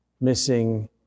missing